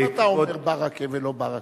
למה אתה אומר ברכֵה ולא ברכָה?